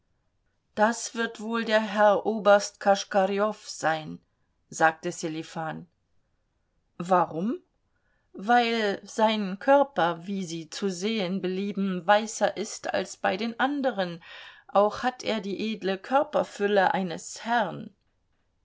das wird wohl der herr oberst koschkarjow sein sagte sselifan warum weil sein körper wie sie zu sehen belieben weißer ist als bei den anderen auch hat er die edle körperfülle eines herrn